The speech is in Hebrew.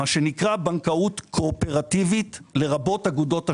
מה שנקרא בנקאות קואופרטיבית לרבות אגודות אשראי.